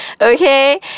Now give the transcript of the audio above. Okay